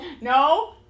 no